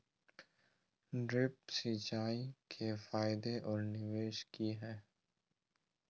Drip सिंचाई के फायदे और निवेस कि हैय?